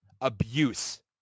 abuse